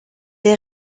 est